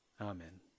Amen